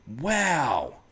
Wow